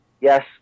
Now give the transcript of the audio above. yes